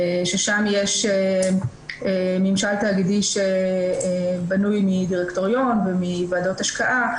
ששם יש ממשל תאגידי שבנוי מדירקטוריון ומוועדות השקעה,